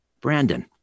Brandon